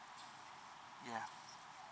ya